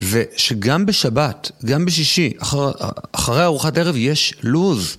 ושגם בשבת, גם בשישי, אחרי ארוחת ערב יש לו״ז.